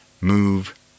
move